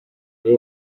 iyi